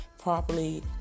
properly